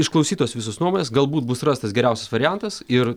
išklausytos visos nuomonės galbūt bus rastas geriausias variantas ir